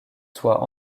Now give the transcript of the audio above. soit